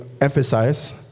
emphasize